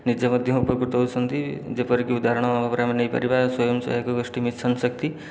ନିଜେ ମଧ୍ୟ ଉପକୃତ ହେଉଛନ୍ତି ଯେପରିକି ଉଦାହରଣ ଭାବରେ ଆମେ ନେଇପାରିବା ସ୍ୱୟଂସହାୟକ ଗୋଷ୍ଠି ମିଶନ ଶକ୍ତି